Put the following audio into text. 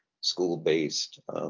school-based